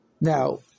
Now